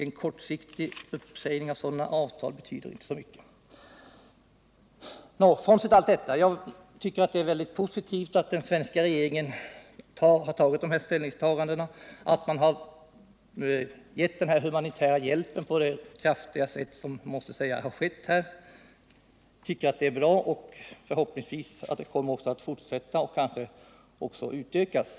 En kortsiktig uppsägning av sådana avtal betyder således inte mycket. Frånsett allt detta tycker jag att den svenska regeringens ställningstagande är positivt liksom det är bra att den har gett den humanitära hjälpen på det kraftiga sätt som jag måste medge har skett. Jag tycker detta är bra. Förhoppningsvis kommer hjälpen att fortsätta, och den kan kanske också utökas.